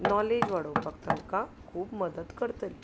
knowledge वाडोवपाक तांकां खूब मदत करतलीं